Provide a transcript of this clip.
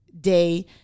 day